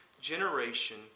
generation